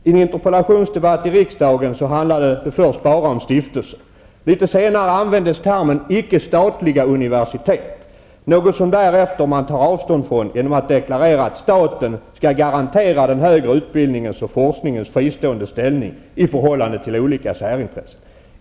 I en interpellationsdebatt i riksdagen handlar det, förstås, bara om stiftelser. Litet senare används termen icke-statliga universitet. Något som man senare tar avstånd från genom att deklarera att staten skall garantera den högre utbildningens och forskningens fristående ställning i förhållande till olika särintressen.